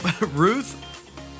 Ruth